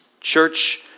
Church